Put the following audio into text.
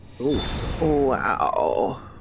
Wow